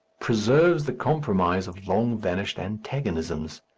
preserves the compromise of long-vanished antagonisms.